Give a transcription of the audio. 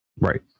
Right